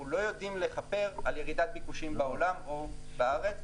אנחנו לא יודעים לכפר על ירידת ביקושים בעולם או בארץ,